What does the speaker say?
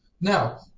Now